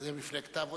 בבית-ג'ן.